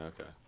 Okay